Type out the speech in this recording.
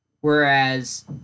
Whereas